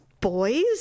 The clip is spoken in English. boys